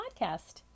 Podcast